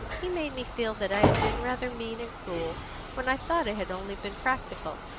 he made me feel that i had been rather mean and cruel when i thought i had only been practical.